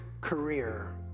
career